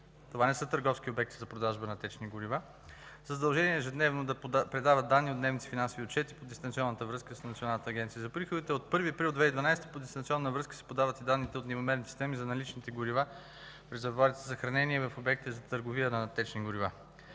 това не са търговски обекти за продажба на течни горива, са задължени ежедневно да предават данни от дневните си финансови отчети по дистанционната връзка с Националната агенция за приходите. От 1 април 2012 г. по дистанционна връзка се подават и данни от нивомерните системи за наличните горива в резервоарите за съхранение в обектите за търговия с течни горива.